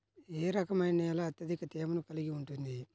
ఏ రకమైన నేల అత్యధిక తేమను కలిగి ఉంటుంది?